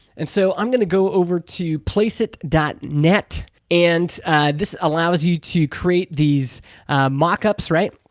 and so i'm going to go over to placeit dot net and this allows you to create these mock-ups, right?